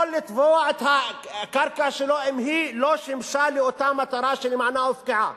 יכול לתבוע את הקרקע שלו אם היא לא שימשה לאותה מטרה שלמענה הופקעה